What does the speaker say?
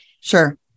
Sure